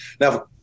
Now